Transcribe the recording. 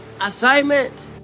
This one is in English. assignment